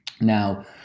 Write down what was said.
Now